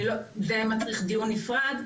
זה מצריך דיון נפרד.